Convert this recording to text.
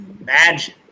imagine